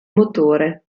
motore